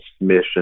mission